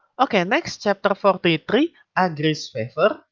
okay next chapter forty three agris fever.